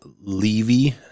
levy